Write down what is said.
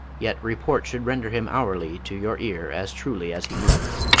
yet report should render him hourly to your ear as truly as he moves.